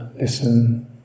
listen